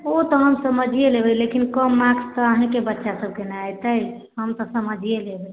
ओ तऽ हम समझिये लेबै लेकिन कम मार्क्स तऽ अहीं के बच्चा सबके ने एतै हम तऽ समझिये लेबै